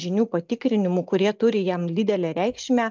žinių patikrinimų kurie turi jam didelę reikšmę